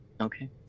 Okay